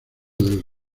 del